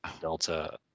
Delta